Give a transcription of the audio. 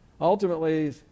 Ultimately